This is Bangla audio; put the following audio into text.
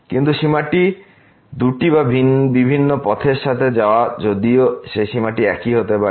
কিন্তু সীমাটি দুটি বা বিভিন্ন পথের সাথে পাওয়া যদিও সেই সীমাটি একই হতে পারে